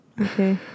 Okay